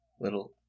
Little